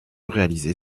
réaliser